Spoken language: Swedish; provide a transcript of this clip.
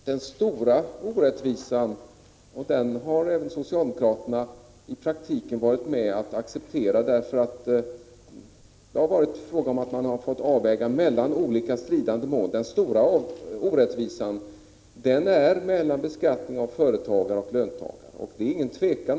Den stora orättvisan, vilken även socialdemokraterna i praktiken har varit med om att acceptera, eftersom man har fått göra avvägningar mellan olika stridande mål, är skillnaden i beskattning mellan företagare och löntagare.